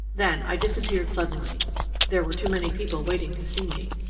then i disappeared suddenly there were too many people waiting to see me.